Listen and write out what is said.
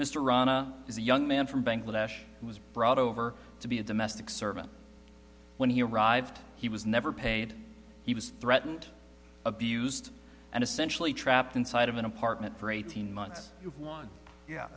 is a young man from bangladesh who was brought over to be a domestic servant when he arrived he was never paid he was threatened abused and essentially trapped inside of an apartment for eighteen months you've won yeah